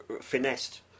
finessed